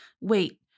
Wait